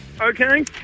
Okay